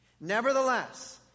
Nevertheless